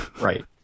Right